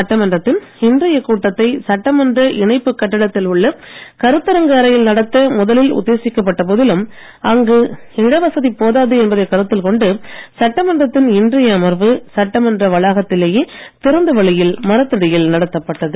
சட்டமன்றத்தின் இன்றைய கூட்டத்தை சட்டமன்ற இணைப்புக் கட்டிடத்தில் உள்ள கருத்தரங்கு அறையில் நடத்த முதலில் உத்தேசிக்கப்பட்ட போதிலும் அங்கு இடவசதி போதாது என்பதை கருத்தில் கொண்டு சட்டமன்றத்தின் இன்றைய அமர்வு சட்டமன்ற வளாகத்திலேயே திறந்த வெளியில் மரத்தடியில் நடத்தப்பட்டது